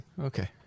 Okay